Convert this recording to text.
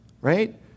Right